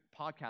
podcast